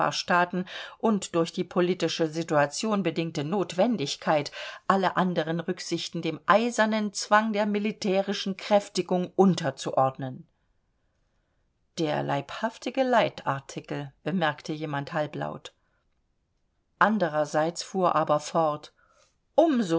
nachbarstaaten und durch die politische situation bedingte notwendigkeit alle anderen rücksichten dem eisernen zwang der militärischen kräftigung unterzuordnen der leibhaftige leitartikel bemerkte jemand halblaut andererseits fuhr aber fort